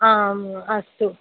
आम् अस्तु